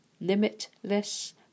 Limitless